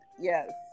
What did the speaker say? yes